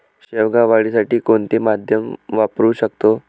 शेवगा वाढीसाठी कोणते माध्यम वापरु शकतो?